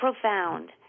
profound